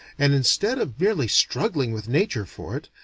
and instead of merely struggling with nature for it,